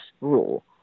rule